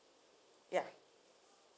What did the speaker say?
ya